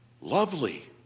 lovely